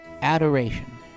adoration